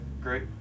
Great